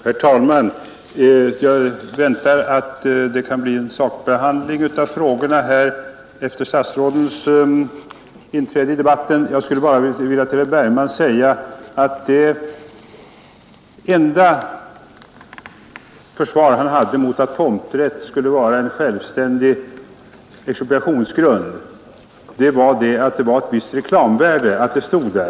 Herr talman! Jag förmodar att det skall bli en sakbehandling av frågan efter statsrådens inträde i debatten. Till herr Bergman vill jag nu bara säga följande. Hans försvar för att tomträtt skall vara en självständig expropriationsgrundval är att det skulle innebära ett visst reklamvärde att det stod där.